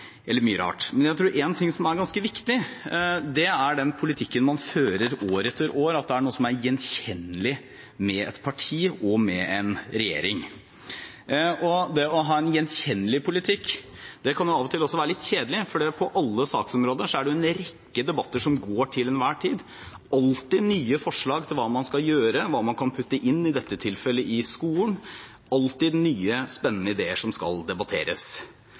eller mye rart. Men jeg tror at én ting som er ganske viktig, er at den politikken som man fører år etter år, er noe som er gjenkjennelig hos et parti og hos en regjering. Det å ha en gjenkjennelig politikk kan av og til være litt kjedelig, for på alle saksområder er det en rekke debatter som til enhver tid går, alltid nye forslag til hva man skal gjøre, hva man kan putte inn – i dette tilfelle i skolen – alltid nye, spennende ideer som skal debatteres.